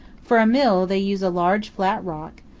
for a mill, they use a large flat rock,